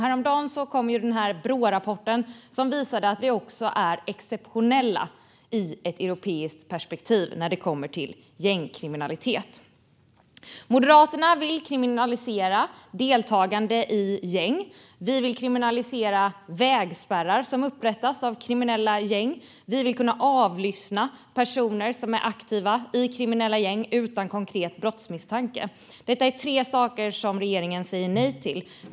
Häromdagen kom Brårapporten som visar att vi också är exceptionella sett ur ett europeiskt perspektiv när det gäller gängkriminalitet. Moderaterna vill kriminalisera deltagande i gäng. Vi vill kriminalisera vägspärrar som upprättas av kriminella gäng. Vi vill kunna avlyssna personer som är aktiva i kriminella gäng utan konkret brottsmisstanke. Detta är tre saker som regeringen säger nej till.